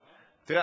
תראה,